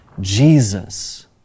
Jesus